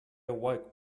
awoke